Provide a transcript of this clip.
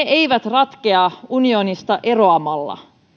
eivät ratkea unionista eroamalla